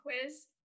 quiz